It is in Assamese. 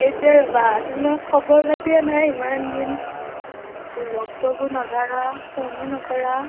তোমাৰ খবৰ পাতি নাই ইমান দিন একো লগ চগো নধৰা ফোনো নকৰা